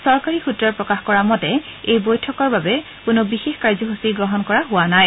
চৰকাৰী সূত্ৰই প্ৰকাশ কৰা মতে এই বৈঠকৰ বাবে কোনো বিশেষ কাৰ্যসূচী গ্ৰহণ কৰা হোৱা নাই